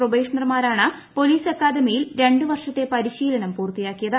പ്രൊബേഷണർമാരാണ് police അക്കാദമിയിൽ രണ്ട് വർഷത്തെ പരിശീലനം പൂർത്തിയ്മാക്കിയത്